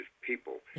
people